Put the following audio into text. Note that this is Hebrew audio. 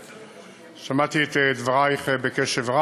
רב.